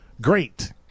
great